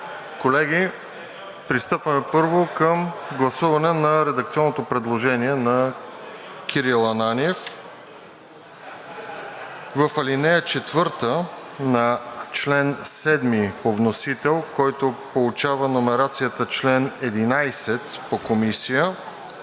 Колеги, пристъпваме първо към гласуване на редакционното предложение на Кирил Ананиев за ал. 4 на чл. 7 по вносител, който получава номерацията чл. 11, ал. 4 по Комисия,